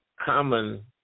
common